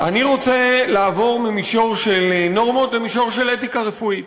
אני רוצה לעבור ממישור של נורמות למישור של אתיקה רפואית.